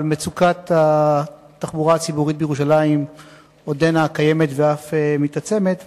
אבל מצוקת התחבורה הציבורית בירושלים עודנה קיימת ואף מתעצמת.